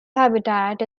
habitat